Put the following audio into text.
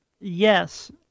Yes